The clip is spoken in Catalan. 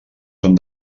són